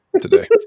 Today